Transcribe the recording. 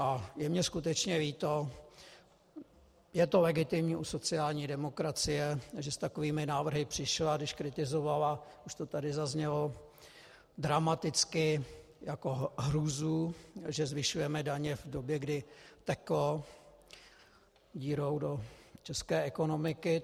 A je mi skutečně líto, je to legitimní u sociální demokracie, že s takovými návrhy přišla, když kritizovala, už to tady zaznělo, dramaticky jako hrůzu, že zvyšujeme daně v době, kdy teklo dírou do české ekonomiky.